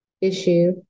issue